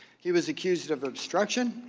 he was accused of obstruction,